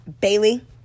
Bailey